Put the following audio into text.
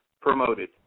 promoted